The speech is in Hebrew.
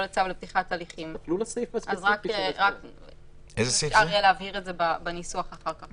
לצו לפתיחת הליכים אם אפשר יהיה להבהיר את זה בניסוח אחר כך.